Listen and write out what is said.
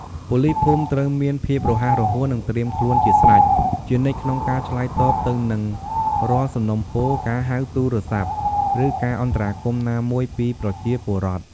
ប៉ូលីសភូមិត្រូវមាន ភាពរហ័សរហួន និងត្រៀមខ្លួនជាស្រេច ជានិច្ចក្នុងការឆ្លើយតបទៅនឹងរាល់សំណូមពរ ការហៅទូរស័ព្ទ ឬការអន្តរាគមន៍ណាមួយពីប្រជាពលរដ្ឋ។